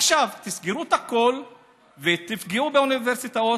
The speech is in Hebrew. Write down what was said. עכשיו תסגרו את הכול ותפגעו באוניברסיטאות,